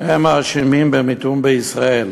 הם האשמים במיתון בישראל.